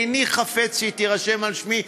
איני חפץ שהיא תירשם על שמי.